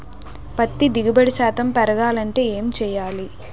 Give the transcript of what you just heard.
పత్తి దిగుబడి శాతం పెరగాలంటే ఏంటి చేయాలి?